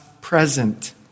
present